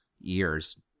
years